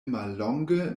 mallonge